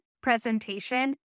presentation